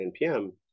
npm